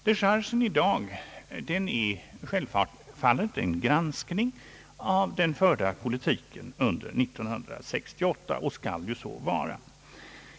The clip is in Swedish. Dechargen i dag är självfallet en granskning av den under 1968 förda politiken, och skall så vara.